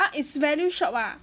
ah its value shop ah